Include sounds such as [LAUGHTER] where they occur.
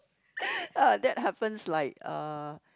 [BREATH] ah that happens like uh